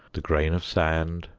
the grain of sand,